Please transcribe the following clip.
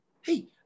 Hey